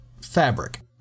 fabric